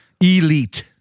elite